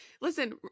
Listen